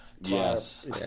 Yes